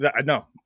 No